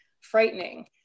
frightening